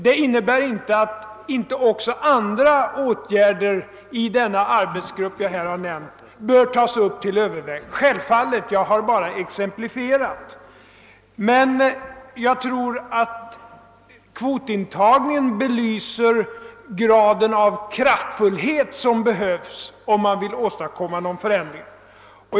Det innebär inte att denna arbetsgrupp inte bör pröva även andra åtgärder — självfallet bör den göra det; jag har bara exemplifierat. Men jag tror att tanken på kvotintagning belyser graden av den kraftfullhet som behövs om man vill åstadkomma någon förändring.